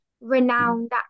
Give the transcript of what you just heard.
renowned